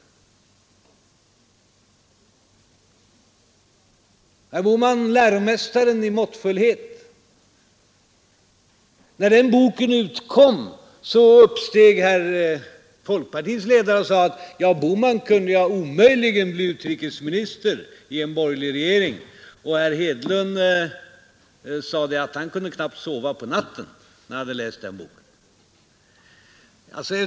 Herr Bohman, läromästaren i måttfullhet. När den boken utkom uppsteg folkpartiets ledare och sade att herr Bohman kunde omöjligen bli utrikesminister i en borgerlig regering. Och herr Hedlund sade att han kunde knappt sova på natten när han hade läst den boken.